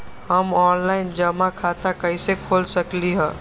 हम ऑनलाइन जमा खाता कईसे खोल सकली ह?